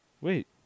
Wait